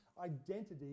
identity